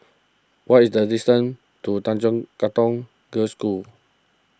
what is the distance to Tanjong Katong Girls' School